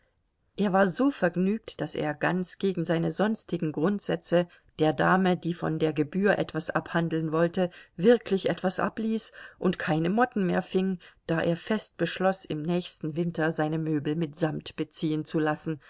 er war so vergnügt daß er ganz gegen seine sonstigen grundsätze der dame die von der gebühr etwas abhandeln wollte wirklich etwas abließ und keine motten mehr fing da er fest beschloß im nächsten winter seine möbel mit samt beziehen zu lassen